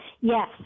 Yes